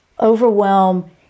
overwhelm